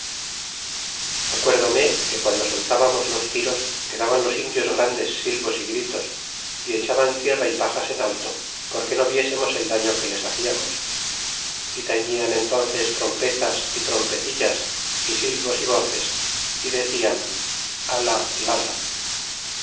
acuérdome que guando soltábamos los tiros que daban los indios grandes sa y os y gritos y echaban tierra y pajas en alto porque no viésemos el daño que les hacíamos y tañían en onces trompetas y trompetillas y su yos y voces y decian ala lela